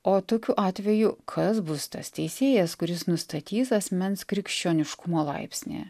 o tokiu atveju kas bus tas teisėjas kuris nustatys asmens krikščioniškumo laipsnį